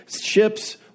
ships